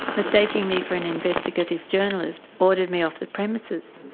mistaking me for an investigative journalist, ordered me off the premises.